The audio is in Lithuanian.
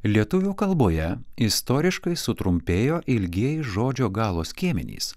lietuvių kalboje istoriškai sutrumpėjo ilgieji žodžio galo skiemenys